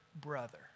brother